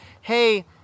hey